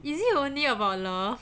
is it only about love